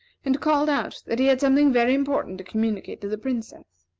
and called out that he had something very important to communicate to the princess.